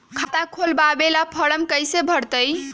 खाता खोलबाबे ला फरम कैसे भरतई?